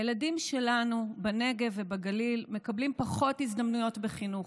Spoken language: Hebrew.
הילדים שלנו בנגב ובגליל מקבלים פחות הזדמנויות בחינוך.